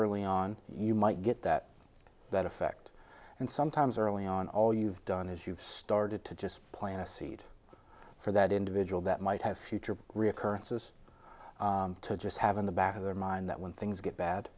early on you might get that that effect and sometimes early on all you've done is you've started to just plan a seed for that individual that might have future recurrences to just have in the back of their mind that when things get bad